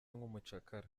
nk’umucakara